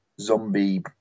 zombie